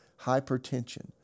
hypertension